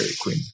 Queen